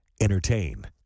Entertain